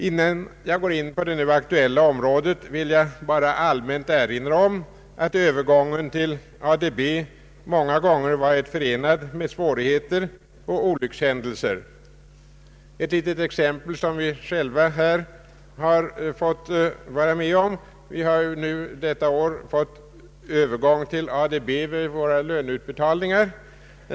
Innan jag går in på det nu aktuella området vill jag bara allmänt erinra om att övergången till ADB många gånger varit förenad med svårigheter och olyckshändelser. Ett litet exempel som vi själva här har fått vara med om: Vi har detta år fått övergång till ADB för våra löneutbetalningar.